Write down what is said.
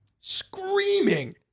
screaming